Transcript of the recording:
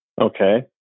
Okay